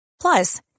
Plus